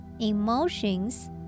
emotions